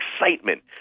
excitement